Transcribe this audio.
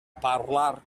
parlar